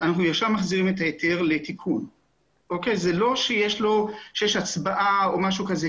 זאת לא הסיבה שלשמה התכנסו כאן היום.